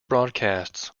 broadcasts